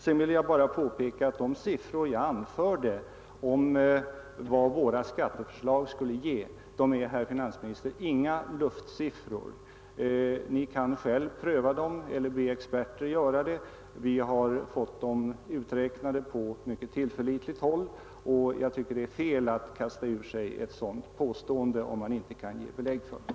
Sedan vill jag bara påpeka att de siffror jag anförde när det gällde vad våra skatteförslag skulle ge inte är några luftsiffror, herr finansminister. Ni kan själv pröva dem eller be experter göra det. Vi har fått dem uträknade på mycket tillförlitligt håll, och jag tycker att det är fel att kasta ur sig ett sådant påstående, om man inte kan ge belägg för det.